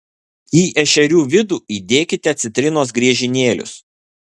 į ešerių vidų įdėkite citrinos griežinėlius